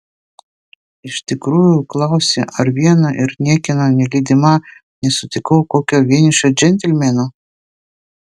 iš tikrųjų klausi ar viena ir niekieno nelydima nesutikau kokio vienišo džentelmeno